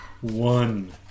One